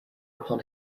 upon